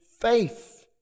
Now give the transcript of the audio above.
faith